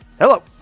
Hello